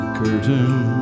curtain